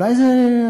אולי זה רעיון,